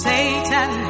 Satan